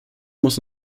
muss